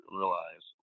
realize